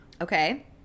Okay